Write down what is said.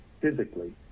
physically